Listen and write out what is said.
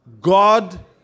God